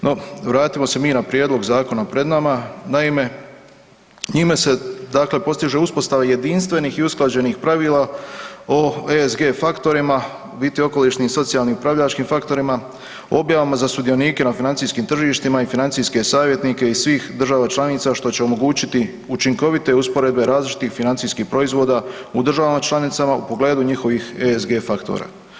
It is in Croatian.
No, vratimo se na prijedlog zakona pred nama, naime, njime se postiže uspostava jedinstvenih i usklađenih pravila o ESSG faktorima u biti okolišnim i socijalnim upravljačkim faktorima, objavama za sudionike na financijskim tržištima i financijske savjetnike i svih država članica što će omogućiti učinkovite usporedbe različitih financijskih proizvoda u državama članicama u pogledu njihovih ESSG faktora.